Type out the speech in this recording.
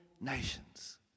nations